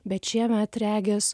bet šiemet regis